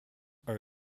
are